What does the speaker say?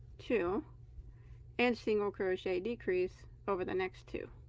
two and single crochet decrease over the next two